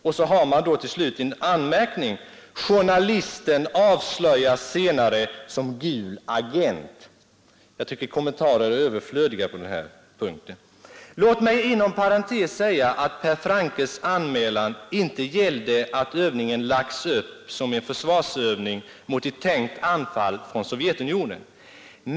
Till slut kommer en anmärkning: Journalisten avslöjas senare som Gul-agent. Jag tycker att kommentarer är överflödiga på den här punkten. Låt mig inom parentes säga att Per Franckes anmälan inte gällde att övningen lagts upp som en försvarsövning mot ett tänkt anfall från Sovjetunionen.